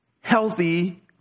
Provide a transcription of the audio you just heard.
healthy